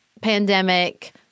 pandemic